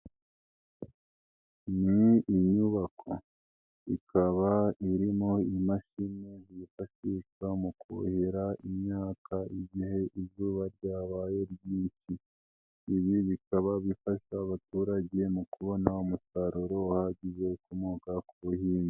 Ni inyubako ikaba irimo imashini zifashishwa mu kuhira imyaka igihe izuba ryabaye ryinshi. Ibi bikaba bifasha abaturage mu kubona umusaruro uhagije ukomoka ku buhinzi.